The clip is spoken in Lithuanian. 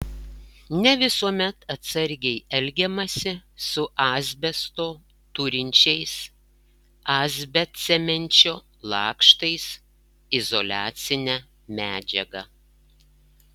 ne visuomet atsargiai elgiamasi su asbesto turinčiais asbestcemenčio lakštais izoliacine medžiaga